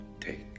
take